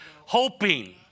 hoping